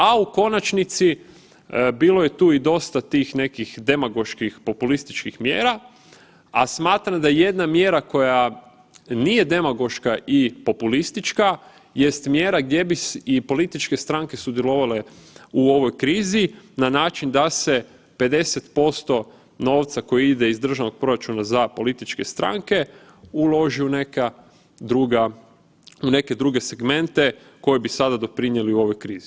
A u konačnici, bilo je tu i dosta tih nekih demagoških, populističkih mjera, a smatram da jedna mjera koja nije demagoška i populistička jest mjera gdje bi i političke stranke sudjelovale u ovoj krizi na način da se 50% novca koji ide iz državnog proračuna za političke stranke uloži u neka druga, u neke druge segmente koji bi sada doprinijeli u ovoj krizi.